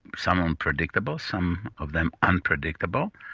some um predictable, some of them unpredictable,